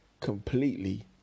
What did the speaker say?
completely